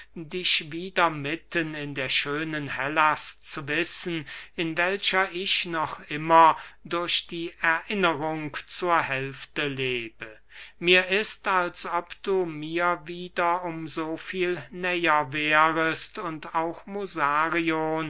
dich wieder mitten in der schönen hellas zu wissen in welcher ich noch immer durch die erinnerung zur hälfte lebe mir ist als ob du mir um so viel näher wärest und auch